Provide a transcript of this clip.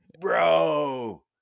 Bro